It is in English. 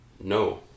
no